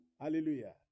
Hallelujah